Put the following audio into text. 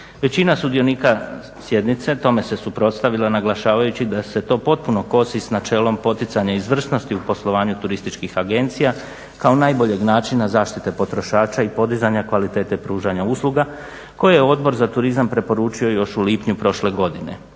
Većina sudionika sjednice tome se suprotstavila naglašavajući da se to potpuno kosi s načelom poticanja izvrsnosti u poslovanju turističkih agencija kao najboljeg načina zaštite potrošača i podizanja kvalitete pružanja usluga koje je Odbor za turizam preporučio još u lipnju prošle godine.